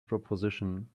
proposition